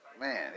man